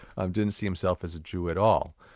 um didn't see himself as a jew at all.